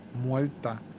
muerta